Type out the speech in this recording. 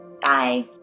Bye